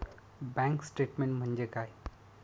Bank statement म्हणजे काय?